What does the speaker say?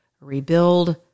rebuild